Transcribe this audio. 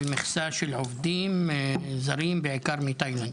המכסה של עובדים זרים, בעיקר מתאילנד.